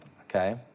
okay